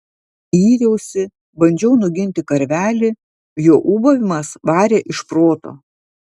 yriausi bandžiau nuginti karvelį jo ūbavimas varė iš proto